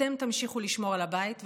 אתם תמשיכו לשמור על הבית,